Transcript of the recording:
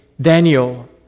Daniel